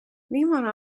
viimane